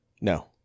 No